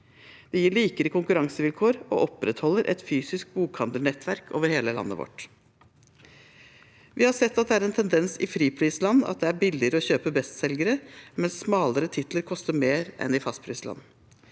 Det gir likere konkurransevilkår og opprettholder et fysisk bokhandlernettverk over hele landet vårt. Vi har sett at det er en tendens i friprisland at det er billigere å kjøpe bestselgere, mens smalere titler koster mer enn i fastprisland.